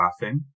laughing